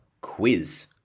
Quiz